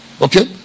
Okay